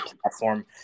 platform